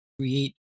create